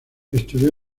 estudió